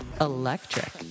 Electric